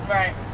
right